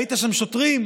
ראית שם שוטרים?